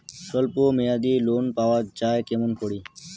স্বল্প মেয়াদি লোন পাওয়া যায় কেমন করি?